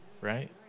right